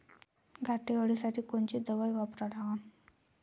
घाटे अळी साठी कोनची दवाई वापरा लागन?